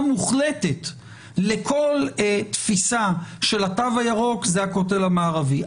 מוחלטת לכל תפיסה של התו הירוק זה הכותל המערבי.